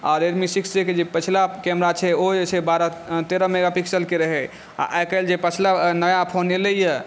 आ Redmi six A के जे पछिला कैमरा छै ओ जे छै बारह तेरह मेगा पिक्सल के रहै आ जे पछिला नया फोन एलैयऽ